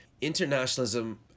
internationalism